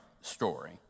story